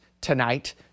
tonight